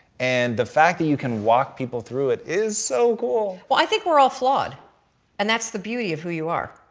and the fact that you can walk people through it is so cool well i think we are all flawed and that's the beauty of who you are.